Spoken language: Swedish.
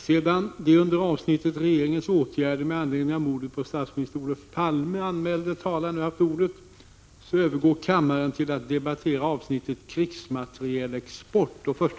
Sedan de under avsnittet Regeringens åtgärder med anledning av mordet på statsminister Olof Palme anmälda talarna nu haft ordet, övergår kammaren till att debattera avsnittet Krigsmaterielexport.